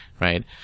right